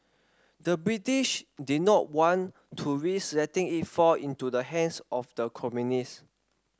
the British did not want to risk letting it fall into the hands of the communists